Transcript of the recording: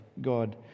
God